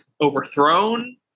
overthrown